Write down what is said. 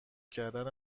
کردن